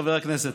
חברי הכנסת,